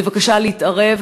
בבקשה להתערב.